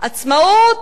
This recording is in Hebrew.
עצמאות,